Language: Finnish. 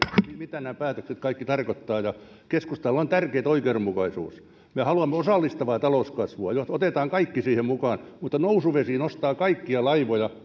mitä kaikki nämä päätökset tarkoittavat ja keskustalle on oikeudenmukaisuus tärkeää me haluamme osallistavaa talouskasvua johon otetaan kaikki mukaan mutta nousuvesi nostaa kaikkia laivoja